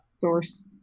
source